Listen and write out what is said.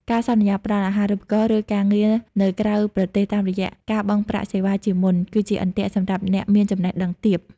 ការសន្យាផ្តល់ "អាហារូបករណ៍" ឬ "ការងារនៅក្រៅប្រទេស" តាមរយៈការបង់ប្រាក់សេវាជាមុន គឺជាអន្ទាក់សម្រាប់អ្នកមានចំណេះដឹងទាប។